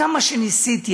כמה שניסיתי,